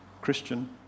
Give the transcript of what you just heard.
Christian